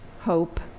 hope